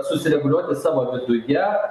susireguliuoti savo viduje